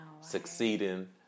succeeding